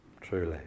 Truly